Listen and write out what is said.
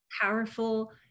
powerful